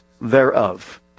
thereof